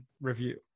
review